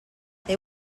they